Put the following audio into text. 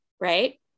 right